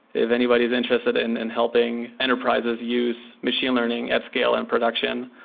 if anybody's interested in and helping enterprises use machine learning at scale in production,